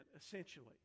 essentially